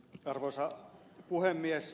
arvoisa puhemies